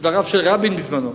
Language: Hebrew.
דבריו של רבין בזמנו.